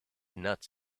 nuts